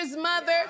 mother